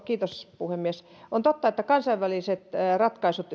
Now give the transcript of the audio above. kiitos puhemies on totta että kansainväliset ratkaisut